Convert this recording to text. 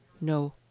no